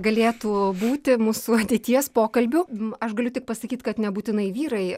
galėtų būti mūsų ateities pokalbiu aš galiu tik pasakyti kad nebūtinai vyrai